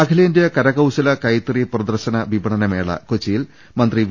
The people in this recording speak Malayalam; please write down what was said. അഖിലേന്ത്യാ കരകൌശല കൈത്തറി പ്രദർശന വിപണന മേള കൊച്ചിയിൽ മന്ത്രി വി